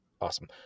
awesome